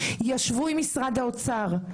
ישבו עם משרד האוצר.